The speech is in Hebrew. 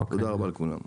תודה רבה לכולם.